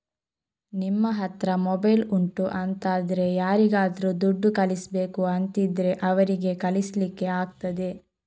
ನಿಮ್ಮ ಹತ್ರ ಮೊಬೈಲ್ ಉಂಟು ಅಂತಾದ್ರೆ ಯಾರಿಗಾದ್ರೂ ದುಡ್ಡು ಕಳಿಸ್ಬೇಕು ಅಂತಿದ್ರೆ ಅವರಿಗೆ ಕಳಿಸ್ಲಿಕ್ಕೆ ಆಗ್ತದೆ